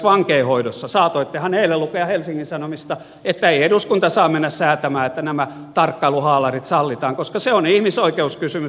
saatoittehan eilen lukea helsingin sanomista että ei eduskunta saa mennä säätämään että nämä tarkkailuhaalarit sallitaan koska se on ihmisoikeuskysymys